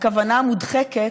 הכוונה המודחקת,